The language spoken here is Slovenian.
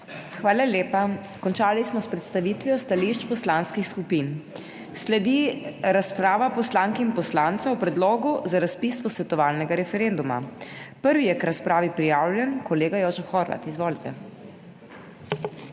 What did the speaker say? Hvala lepa. Končali smo s predstavitvijo stališč poslanskih skupin in sledi razprava poslank in poslancev o Predlogu za razpis posvetovalnega referenduma. Prva je k razpravi prijavljena kolegica Janja Sluga,